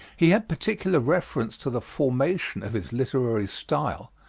he had particular reference to the formation of his literary style,